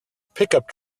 pickup